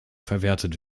verwertet